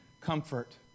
comfort